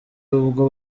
ubwo